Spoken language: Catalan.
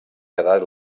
quedat